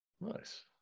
nice